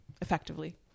effectively